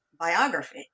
biography